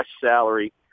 salary